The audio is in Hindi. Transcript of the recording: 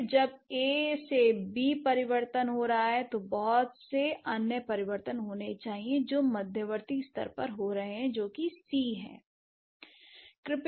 फिर जब ए से बी में परिवर्तन हो रहा है तो बहुत से अन्य परिवर्तन होने चाहिए जो मध्यवर्ती स्तर पर हो रहे हैं जो कि C है